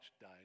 died